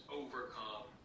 overcome